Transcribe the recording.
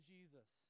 Jesus